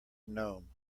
gnome